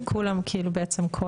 וכולם בעצם?